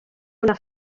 una